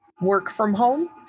work-from-home